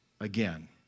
again